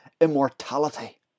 immortality